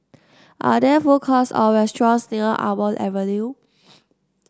are there food courts or restaurants near Almond Avenue